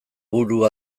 buru